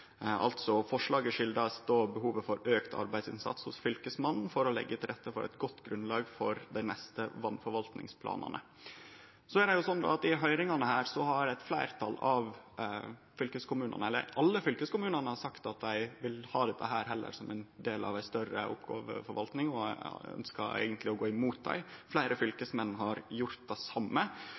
Forslaget kjem som følgje av eit behov for auka innsats hos Fylkesmannen for å leggje til rette for eit godt grunnlag for dei neste vassforvaltningsplanane. I høyringane har alle fylkeskommunane sagt at dei heller vil ha dette som ein del av ei større oppgåveforvaltning, og dei ønskjer eigentleg å gå mot dei. Fleire fylkesmenn har gjort det same.